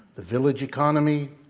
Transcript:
the village economy,